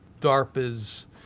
DARPA's